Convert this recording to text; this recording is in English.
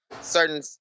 certain